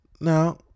Now